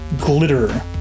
glitter